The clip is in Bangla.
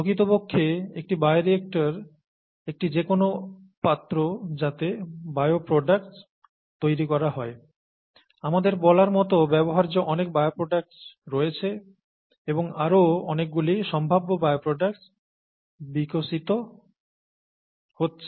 প্রকৃতপক্ষে একটি বায়োরিয়েক্টর একটি যে কোনও পাত্র যাতে বায়োপ্রডাক্টস তৈরি করা হয় আমাদের বলার মত ব্যবহার্য অনেক বায়োপ্রডাক্টস রয়েছে এবং আরও অনেকগুলি সম্ভাব্য বায়োপ্রডাক্টস বিকাশিত তৈরি হচ্ছে